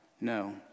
No